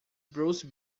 bruce